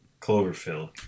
Cloverfield